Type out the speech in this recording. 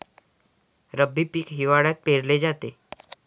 रब्बी पीक हिवाळ्यात पेरले जाते